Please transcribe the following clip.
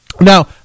Now